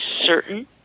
certain